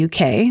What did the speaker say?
UK